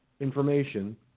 information –